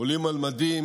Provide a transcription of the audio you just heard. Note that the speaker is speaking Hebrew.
עולים על מדים